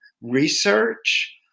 research